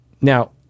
now